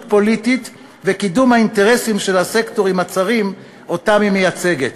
פוליטית וקידום האינטרסים של הסקטורים הצרים שאותם היא מייצגת.